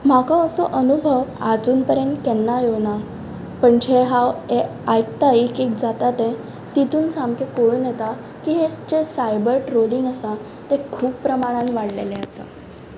म्हाका असो अनुभव आजून पर्येंत केन्ना येवूंक ना पूण हें जे हांव आय आयकतां एक एक जाता तें तेतूंन सामकें कळून येता की हें जें सायबर ट्रोलींग आसा तें खूब प्रमाणान वाडलेले आसा